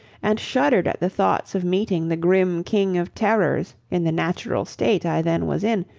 and shuddered at the thoughts of meeting the grim king of terrors in the natural state i then was in,